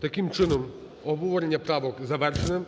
Таким чином, обговорення правок завершено.